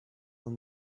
will